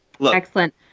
Excellent